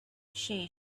she